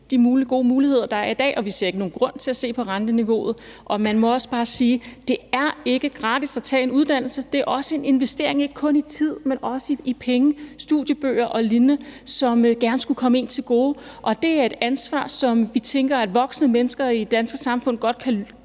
de gode muligheder, der er i dag, og vi ser ikke nogen grund til at se på renteniveauet. Man må også bare sige, at det ikke er gratis at tage en uddannelse; det er også en investering, ikke kun i tid, men også af penge – studiebøger og lignende – som gerne skulle komme en til gode. Og det er et ansvar, som vi tænker at voksne mennesker i det danske samfund godt kan løfte